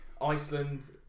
Iceland